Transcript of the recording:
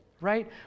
right